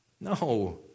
No